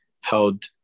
held